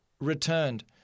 returned